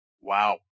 Wow